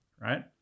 right